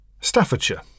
Staffordshire